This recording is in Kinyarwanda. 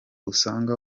usanga